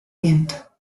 viento